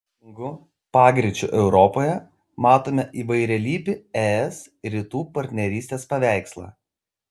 skirtingų pagreičių europoje matome įvairialypį es rytų partnerystės paveikslą